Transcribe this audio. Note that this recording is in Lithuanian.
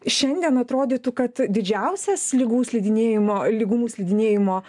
šiandien atrodytų kad didžiausias lygaus slidinėjimo lygumų slidinėjimo